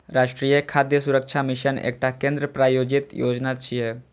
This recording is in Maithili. राष्ट्रीय खाद्य सुरक्षा मिशन एकटा केंद्र प्रायोजित योजना छियै